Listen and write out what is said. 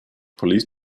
police